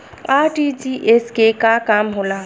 RTGS के का काम होला?